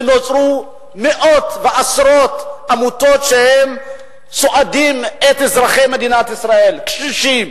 ונוצרו מאות ועשרות עמותות שסועדות את אזרחי מדינת ישראל: קשישים,